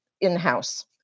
in-house